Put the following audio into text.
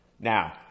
Now